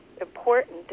important